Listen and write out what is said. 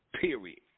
period